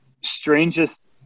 strangest